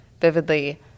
vividly